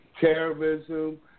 terrorism